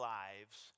lives